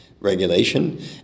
Regulation